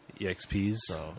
Exp's